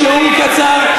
שיעור קצר,